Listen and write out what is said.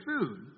food